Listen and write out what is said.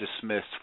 dismissed